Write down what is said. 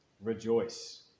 Rejoice